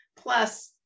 Plus